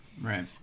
Right